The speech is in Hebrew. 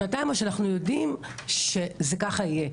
שנתיים או שאנחנו יודעים שזה ככה יהיה,